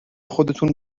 خودتون